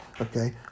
Okay